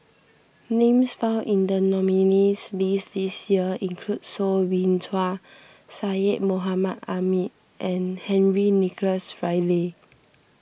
names found in the nominees' list this year include Soo Bin Chua Syed Mohamed Ahmed and Henry Nicholas Ridley